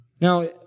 Now